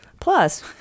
Plus